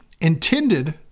intended